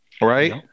Right